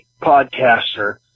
podcaster